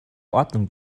ordnung